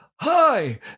Hi